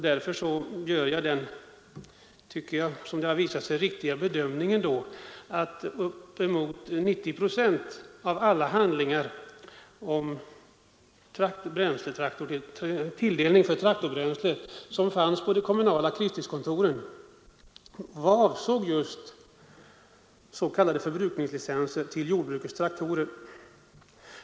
Därför gjorde jag den, som jag tycker det har visat sig, riktiga bedömningen att upp emot 90 procent av alla handlingar om tilldelning av traktorbränsle som fanns på de kommunala kristidskontoren avsåg just s.k. förbrukningslicenser till jordbrukets traktorer.